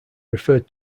referred